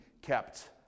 kept